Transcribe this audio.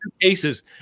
cases